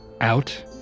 out